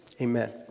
Amen